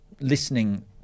listening